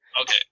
Okay